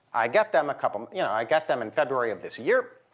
i get them a couple you know, i get them in february of this year.